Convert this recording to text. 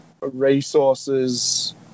resources